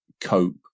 cope